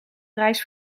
reis